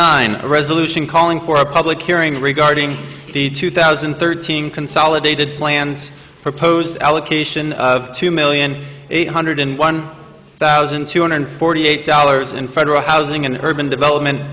nine resolution calling for a public hearing regarding the two thousand and thirteen consolidated plans proposed allocation of two million eight hundred and one thousand two hundred forty eight dollars in federal housing and urban development